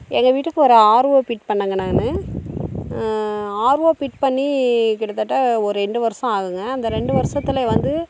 எங்கள் வீட்டுக்கு ஒரு ஆர்ஓ ஃபிட் பண்ணங்க நான் ஆர்ஓ ஃபிட் பண்ணி கிட்டத்தட்ட ஒரு ரெண்டு வருஷம் ஆவுங்க அந்த ரெண்டு வருஷத்தில் வந்து